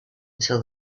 until